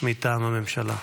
מטעם הממשלה.